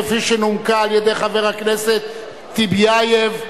כפי שנומקה על-ידי חבר הכנסת טיבייב,